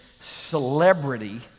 celebrity